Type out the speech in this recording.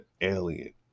alien